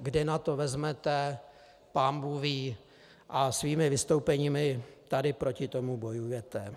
Kde na to vezmete, pánbůh ví, a svými vystoupeními tady proti tomu bojujete.